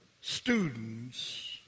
students